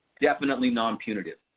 definitely nonpunitive.